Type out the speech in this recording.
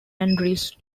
andres